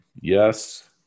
yes